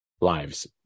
lives